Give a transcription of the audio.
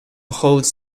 holds